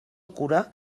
cura